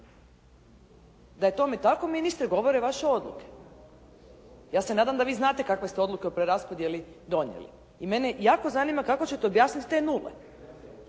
Da je tome ministre govore vaše odluke. Ja se nadam da vi znate kakve ste odluke o preraspodjeli donijeli i mene jako zanima kako ćete objasniti te nule.